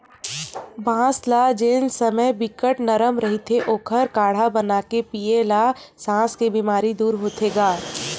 बांस ल जेन समे बिकट नरम रहिथे ओखर काड़हा बनाके पीए ल सास के बेमारी ह दूर होथे गा